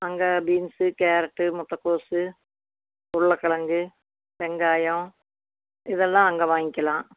அங்கே beans carrot முட்டைக்கோஸு உருளைகெழங்கு வெங்காயம் இதெல்லாம் அங்கே வாங்க்கிலாம்